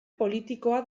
politikoa